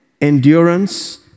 endurance